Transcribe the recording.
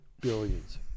Billions